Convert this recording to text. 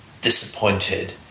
disappointed